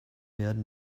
werden